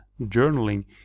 journaling